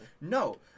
No